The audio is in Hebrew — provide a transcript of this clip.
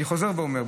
אני חוזר ואומר,